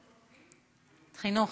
חינוך.